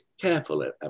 careful